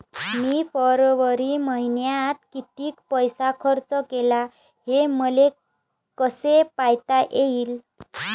मी फरवरी मईन्यात कितीक पैसा खर्च केला, हे मले कसे पायता येईल?